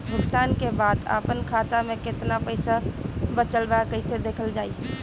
भुगतान के बाद आपन खाता में केतना पैसा बचल ब कइसे देखल जाइ?